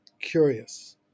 curious